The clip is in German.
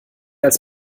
als